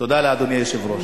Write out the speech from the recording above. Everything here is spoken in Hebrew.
תודה לאדוני היושב-ראש.